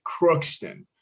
Crookston